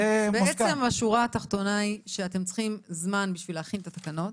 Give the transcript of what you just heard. השורה התחתונה שאתם צריכים זמן בשביל להכין את התקנות.